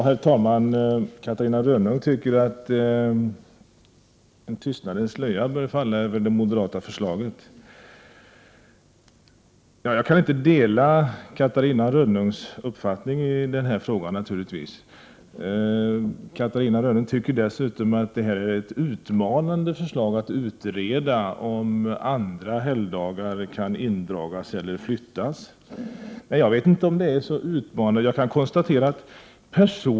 Herr talman! Catarina Rönnung tycker att en tystnadens slöja bör falla över det moderata förslaget. Jag kan naturligtvis inte dela Catarina Rönnungs uppfattning i denna fråga. Catarina Rönnung tycker dessutom att förslaget att man skall utreda om andra helgdagar kan indragas eller flyttas är utmanande. Jag vet inte om det är så utmanande.